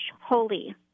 holy